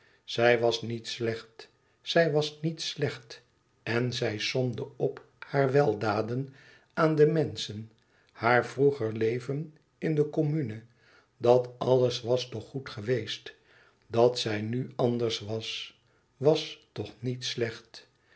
zij was niet slecht zij was niet slecht en zij somde op haar weldaden aan de menschen haar vroeger leven in de commune dat alles was toch goed geweest dat zij nu anders was was toch niet slecht